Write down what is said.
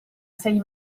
sei